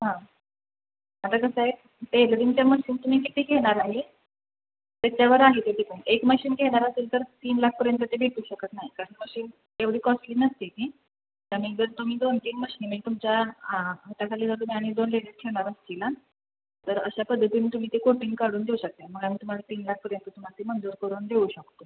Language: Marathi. हां आता कसं आहे टेलरिंगच्या मशीन तुम्ही किती घेणार आहे तेच्यावर आहे ते टिकून एक मशीन घेणार असेल तर तीन लाखपर्यंत ते भेटू शकत नाही कारण मशीन एवढी कॉस्टली नसते ती आणि जर तुम्ही दोनतीन मशीनी तुमच्या हाताखाली जर तुम्ही आणि दोन लेडीज ठेवणार असतील ना तर अशा पद्धतीनं तुम्ही ते कोटिंग काढून देऊ शकता मग आम्ही तुम्हाला तीन लाखपर्यंत तुम्हाला ते मंजूर करून देऊ शकतो